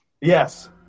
Yes